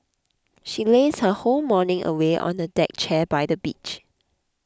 she lazed her whole morning away on the deck chair by the beach